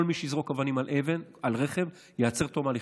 כל מי שיזרוק אבנים על רכב ייעצר עד תום ההליכים,